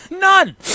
None